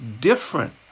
different